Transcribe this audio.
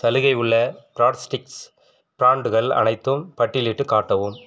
சலுகை உள்ள broad sticks பிராண்டுகள் அனைத்தும் பட்டியலிட்டுக் காட்டவும்